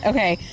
Okay